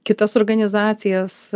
kitas organizacijas